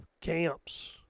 camps